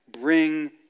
bring